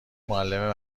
معلم